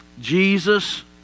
Jesus